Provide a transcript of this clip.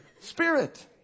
Spirit